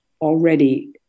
already